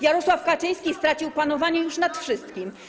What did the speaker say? Jarosław Kaczyński stracił panowanie już nad wszystkim.